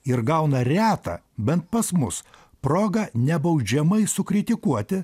ir gauna retą bent pas mus progą nebaudžiamai sukritikuoti